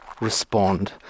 respond